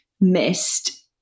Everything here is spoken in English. missed